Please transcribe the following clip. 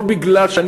לא כי אני,